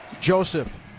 joseph